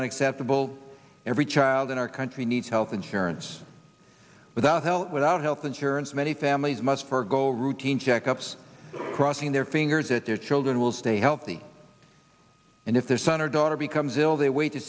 unacceptable every child in our country needs health insurance without help without health insurance many families must for go routine checkups crossing their fingers that their children will stay healthy and if their son or daughter becomes ill they wait to